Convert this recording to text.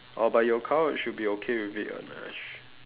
oh but should be okay with it [one] ah